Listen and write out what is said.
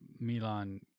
Milan